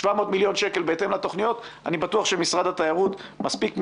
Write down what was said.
700 מיליון שקל בהתאם לתוכניות אני בטוח שמשרד התיירות מספיק מקצועי,